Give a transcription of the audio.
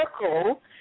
circle